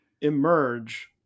emerge